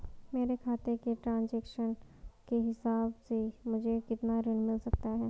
मेरे खाते के ट्रान्ज़ैक्शन के हिसाब से मुझे कितना ऋण मिल सकता है?